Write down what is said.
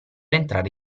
entrare